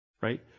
right